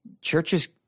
Churches